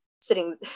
sitting